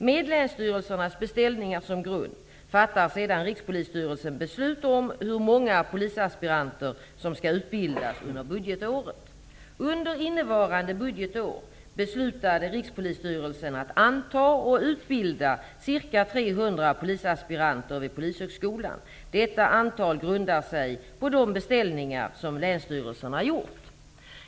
Med länsstyrelsernas beställningar som grund fattar sedan Rikspolisstyrelsen beslut om hur många polisaspiranter som skall utbildas under budgetåret. polisaspiranter vid Polishögskolan. Detta antal grundar sig på de beställningar som länsstyrelserna gjort.